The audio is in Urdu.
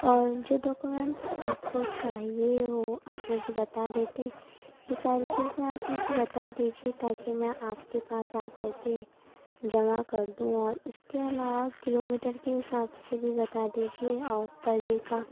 اور جو ڈاکیومنٹس آپ کو چاہیے وہ آپ مجھے بتا دیتے یہ ساری چیزیں آپ مجھے بتا دیجیے تاکہ میں آپ کے پاس آ کر کے جمع کر دوں اور اِس کے علاوہ کلو میٹر کے حساب سے بھی بتا دیجیے اور پر ڈے کا